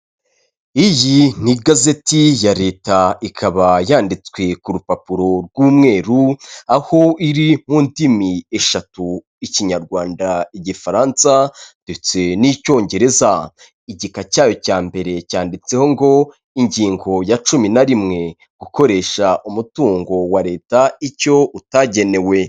Iyi ni igazeti ya leta ikaba yanditswe ku rupapuro rw'umweru aho iri mu ndimi eshatu, ikinyarwanda, igifaransa ndetse n'icyongereza, igika cyayo cya mbere cyanditseho ngo ingingo ya cumi na rimwe gukoresha umutungo wa leta icyo utagenewe.